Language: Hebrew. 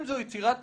אם זו יצירת תרבות,